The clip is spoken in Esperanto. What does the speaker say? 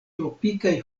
tropikaj